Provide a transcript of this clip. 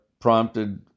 prompted